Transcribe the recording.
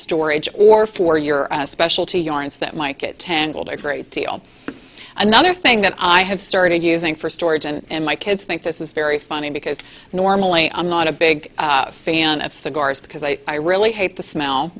storage or for your specialty yarns that might get ten gold a great deal another thing that i have started using for storage and my kids think this is very funny because normally i'm not a big fan of cigars because i really hate the smell